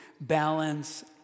balance